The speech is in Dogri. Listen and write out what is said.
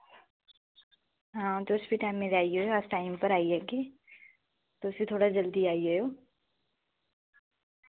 हां तुस बी टाइमे दे आई जायो अस टाइम पर आई जागे तुस बी थोह्ड़ा जल्दी आई जायो